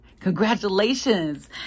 congratulations